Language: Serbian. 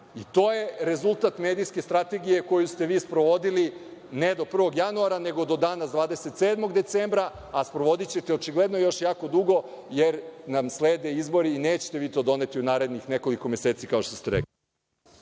i to je rezultat medijske strategije koju ste vi sprovodili, ne do 1. januara, nego do danas, 27. decembra, a sprovodićete očigledno još jako dugo, jer nam slede izbori i nećete vi to doneti u narednih nekoliko meseci, kao što ste rekli.